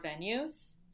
venues